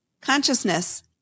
consciousness